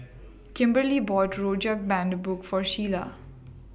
Kimberlie bought Rojak Bandung For Sheila